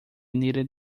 needed